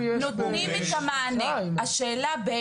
השאלה,